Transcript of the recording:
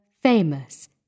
famous